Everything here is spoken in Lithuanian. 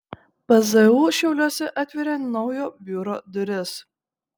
pzu šiauliuose atveria naujo biuro duris